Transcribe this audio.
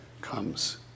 comes